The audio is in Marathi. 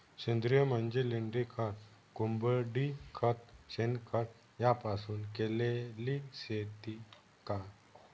सेंद्रिय म्हणजे लेंडीखत, कोंबडीखत, शेणखत यापासून केलेली शेती का?